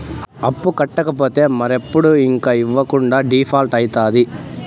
అప్పు కట్టకపోతే మరెప్పుడు ఇంక ఇవ్వకుండా డీపాల్ట్అయితాది